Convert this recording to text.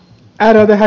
häyrinen